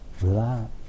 Relax